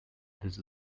this